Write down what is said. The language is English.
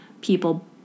people